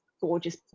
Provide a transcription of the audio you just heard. gorgeous